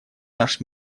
наш